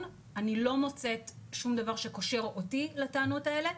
אני לא מוצאת שום דבר שקושר אותי לטענות האלה.